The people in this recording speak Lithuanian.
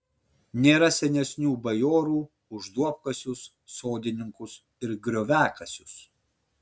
nėra senesnių bajorų už duobkasius sodininkus ir grioviakasius